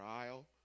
aisle